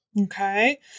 Okay